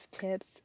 tips